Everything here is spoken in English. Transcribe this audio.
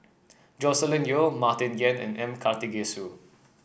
Joscelin Yeo Martin Yan and M Karthigesu